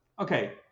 Okay